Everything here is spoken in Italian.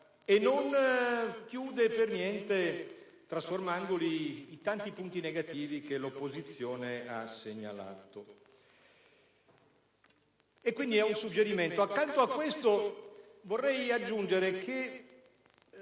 e non chiude per niente, trasformandoli, i tanti punti negativi che l'opposizione ha segnalato. Si tratta quindi di un suggerimento. Vorrei poi aggiungere che,